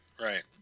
Right